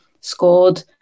scored